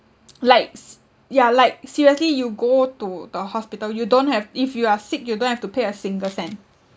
likes ya like seriously you go to the hospital you don't have if you are sick you don't have to pay a single cent